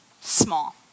small